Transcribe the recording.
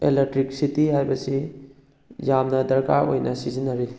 electricity ꯍꯥꯏꯕꯁꯤ ꯌꯥꯝꯅ ꯗꯔꯀꯥꯔ ꯑꯣꯏꯅ ꯁꯤꯖꯤꯟꯅꯔꯤ